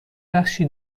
بخشی